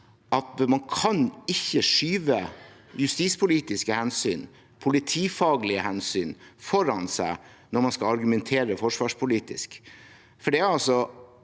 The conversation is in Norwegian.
at man ikke kan skyve justispolitiske og politifaglige hensyn foran seg når man skal argumentere forsvarspolitisk,